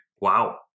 Wow